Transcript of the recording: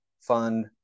fund